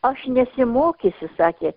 aš nesimokysiu sakė